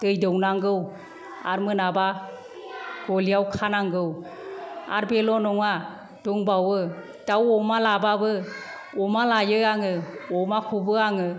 दै दौनांगौ आरो मोनाबा गलियाव खानांगौ आरो बेल' नङा दंबावो दाउ अमा लाबाबो अमा लायो आङो अमाखौबो आङो